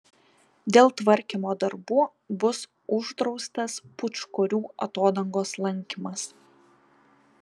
dėl tvarkymo darbų bus uždraustas pūčkorių atodangos lankymas